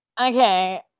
okay